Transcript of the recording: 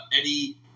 Eddie